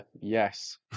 yes